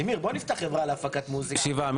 שבעה.